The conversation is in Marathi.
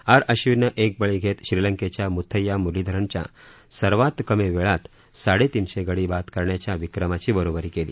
आर आश्विननं एक बळी घेत श्रीलंकेच्या मुथय्या मुरलीधरनच्या सर्वात कमी वेळात साडेतीनशे गडी बाद करण्याच्या विक्रमाची बरोबरी केली